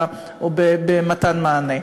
או במתן מענה.